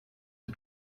the